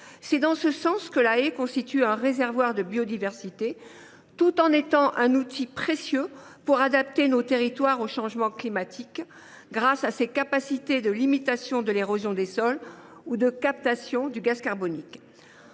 C’est en ce sens qu’elle constitue un réservoir de biodiversité. Elle offre, en outre, un outil précieux pour adapter nos territoires au changement climatique, grâce à ses capacités de limitation de l’érosion des sols et de captation du gaz carbonique.